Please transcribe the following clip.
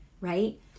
right